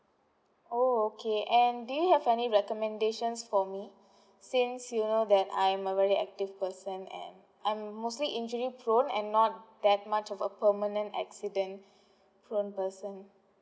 oh okay and do you have any recommendations for me since you know that I am a very active person and I'm mostly injury prone and not that much of a permanent accident prone person